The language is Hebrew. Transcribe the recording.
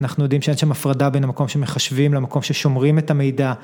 אנחנו יודעים שאין שם הפרדה בין המקום שמחשבים למקום ששומרים את המידע.